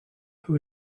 who